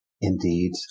indeed